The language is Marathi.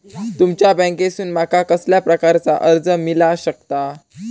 तुमच्या बँकेसून माका कसल्या प्रकारचा कर्ज मिला शकता?